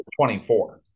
24